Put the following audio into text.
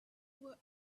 were